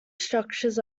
structures